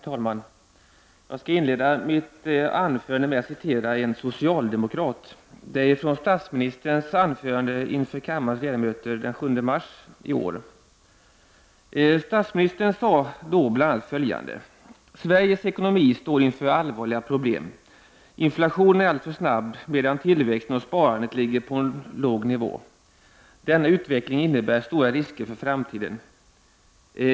Herr talman! Jag skall inleda mitt anförande med att citera en socialdemokrat. Citatet är hämtat från statsministerns anförande inför kammarens ledamöter den 7 mars i år. Statsministern sade då bl.a. följande: ”Sveriges ekonomi står inför allvarliga problem. Inflationen är alltför snabb, medan tillväxten och sparandet ligger på en låg nivå. Denna utveckling innebär stora risker för framtiden.